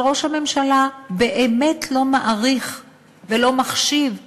אבל ראש הממשלה באמת לא מעריך ולא מחשיב חוקי-יסוד.